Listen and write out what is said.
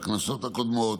בכנסות הקודמות.